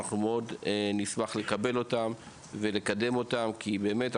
אנחנו מאוד נשמח לקבל אותם ולקדם אותם כי אנחנו